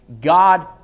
God